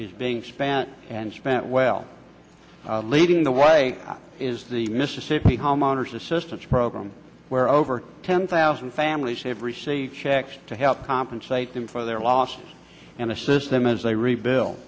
is being spent and spent well leading the why is the mississippi homeowners assistance program where over ten thousand families have received checks to help compensate them for their lost and assist them as they rebuild